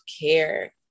care